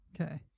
Okay